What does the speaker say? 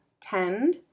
Tend